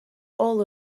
all